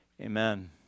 amen